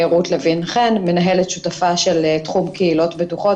אני מנהלת שותפה של תחום קהילות בטוחות